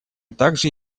также